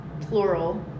plural